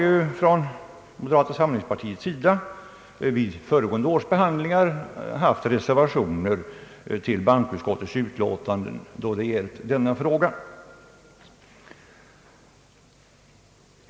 Vi har från moderata samlingspartiet vid föregående års behandlingar haft reservationer till bankoutskottets utlåtanden i denna fråga.